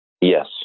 Yes